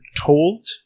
told